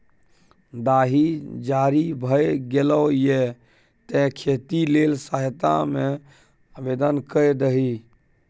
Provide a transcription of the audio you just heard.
दाही जारी भए गेलौ ये तें खेती लेल सहायता मे आवदेन कए दही